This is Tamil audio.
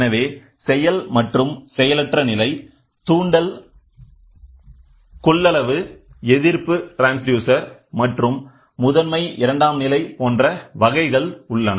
எனவே செயல் மற்றும் செயலற்ற நிலை தூண்டல் கொள்ளளவு எதிர்ப்பு டிரான்ஸ்டியூசர் மற்றும் முதன்மை இரண்டாம் நிலை போன்ற வகைகள் உள்ளன